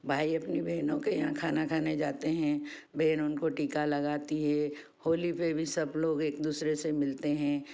भाई अपने बहनों के यहाँ खाना खाने जाते हैं बहन उनको टीका लगाती है होली पर भी सब लोग एक दूसरे से मिलते हैं